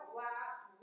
last